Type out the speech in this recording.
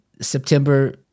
September